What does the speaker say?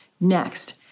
Next